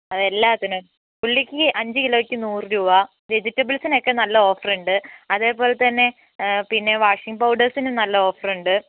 അതെ എല്ലാത്തിനും ഉള്ളിക്ക് അഞ്ച് കിലോയ്ക്ക് നൂറു രൂപ വെജിറ്റബിൾസിനൊക്കെ നല്ല ഓഫറുണ്ട് അതേപോലെതന്നെ പിന്നെ വാഷിംഗ് പൗഡേഴ്സിന് നല്ല ഓഫറുണ്ട്